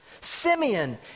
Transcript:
Simeon